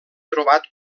trobat